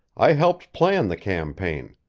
i helped plan the campaign.